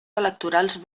electorals